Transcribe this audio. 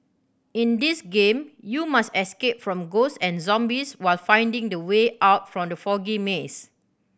in this game you must escape from ghost and zombies while finding the way out from the foggy maze